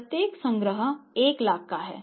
प्रत्येक संग्रह 1 लाख का है